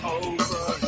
over